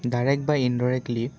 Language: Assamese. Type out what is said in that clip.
ডাইৰেক্ট বা ইনডাইৰেক্টলি